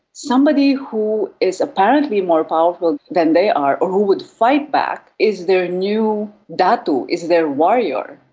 somebody who is apparently more powerful than they are or who would fight back is their new datu, is their warrior.